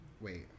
Wait